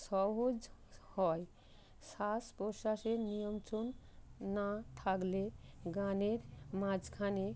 সহজ হয় শ্বাস প্রশ্বাসের নিয়ন্ত্রণ না থাকলে গানের মাঝখানে